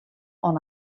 oan